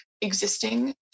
existing